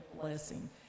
blessing